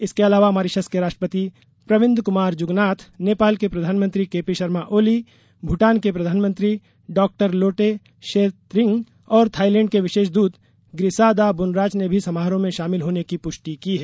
इसके अलावा मॉरिशस के राष्ट्रपति प्रविंद कुमार जुगनाथ नेपाल के प्रधानमंत्री केपी शर्मा ओली भूटान के प्रधानमंत्री डॉ लोटे त्शेरिंग और थाईलैंड के विशेष दूत ग्रिसादा बूनराच ने भी समारोह में शामिल होने की पुष्टि की है